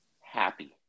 happy